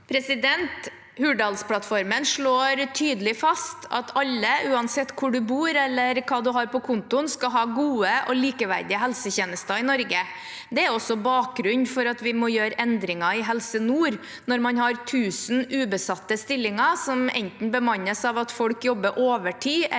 Hurdalsplatt- formen slår tydelig fast at alle, uansett hvor man bor eller hva man har på kontoen, skal ha gode og likeverdige helsetjenester i Norge. Det er også bakgrunnen for at vi må gjøre endringer i Helse nord. Når man har 1 000 ubesatte stillinger som enten bemannes av at folk jobber overtid